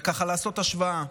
וככה לעשות השוואה.